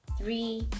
three